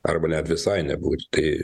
arba net visai nebūti tai